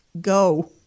go